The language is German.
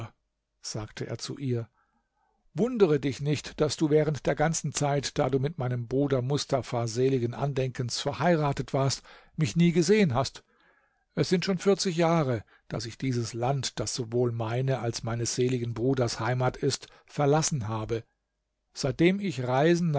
sagte er zu ihr wundere dich nicht daß du während der ganzen zeit da du mit meinem bruder mustafa seligen andenkens verheiratet warst mich nie gesehen hast es sind schon vierzig jahre daß ich dieses land das sowohl meine als meines seligen bruders heimat ist verlassen habe seitdem habe ich reisen